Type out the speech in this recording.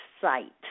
site